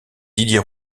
didier